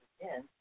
again